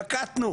נקטנו?